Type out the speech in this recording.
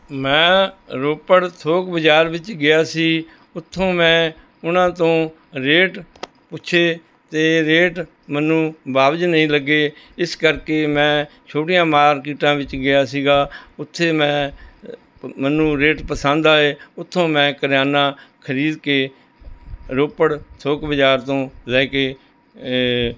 ਮੈਂ ਰੋਪੜ ਥੋਕ ਬਜ਼ਾਰ ਵਿੱਚ ਗਿਆ ਸੀ ਉੱਥੋਂ ਮੈਂ ਉਨ੍ਹਾਂ ਤੋਂ ਰੇਟ ਪੁੱਛੇ ਅਤੇ ਰੇਟ ਮੈਨੂੰ ਵਾਜਬ ਨਹੀਂ ਲੱਗੇ ਇਸ ਕਰਕੇ ਮੈਂ ਛੋਟੀਆਂ ਮਾਰਕੀਟਾਂ ਵਿੱਚ ਗਿਆ ਸੀਗਾ ਉੱਥੇ ਮੈਂ ਮੈਨੂੰ ਰੇਟ ਪਸੰਦ ਆਏ ਉੱਥੋਂ ਮੈਂ ਕਰਿਆਨਾ ਖਰੀਦ ਕੇ ਰੋਪੜ ਥੋਕ ਬਾਜ਼ਾਰ ਤੋਂ ਲੈ ਕੇ